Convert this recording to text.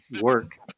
work